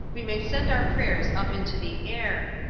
we may send our prayers up into the air,